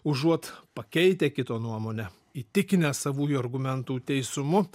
užuot pakeitę kito nuomonę įtikinę savųjų argumentų teisumu